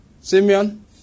Simeon